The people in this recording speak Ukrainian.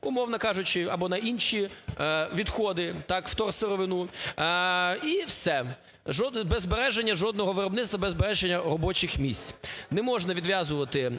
умовно кажучи, або на інші відходи – так? – вторсировину – і все, без збереження жодного виробництва, без збереження робочих місць. Не можна відв'язувати